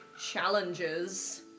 challenges